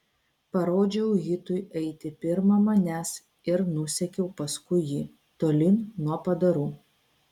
parodžiau hitui eiti pirma manęs ir nusekiau paskui jį tolyn nuo padarų